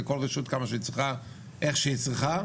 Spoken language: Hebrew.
לכל רשות כמה שהיא צריכה ואיך שהיא צריכה,